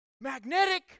magnetic